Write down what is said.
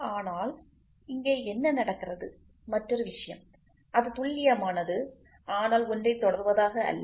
ஆனால் இங்கே என்ன நடக்கிறது மற்றோரு விஷயம் அது துல்லியமானது ஆனால் ஒன்றை தொடர்வதாக அல்ல